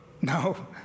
No